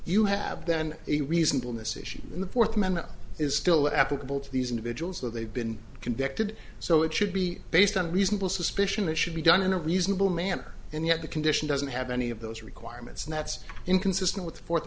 you have then a reason to in this issue in the fourth amendment is still applicable to these individuals so they've been convicted so it should be based on reasonable suspicion that should be done in a reasonable manner and yet the condition doesn't have any of those requirements and that's inconsistent with the fourth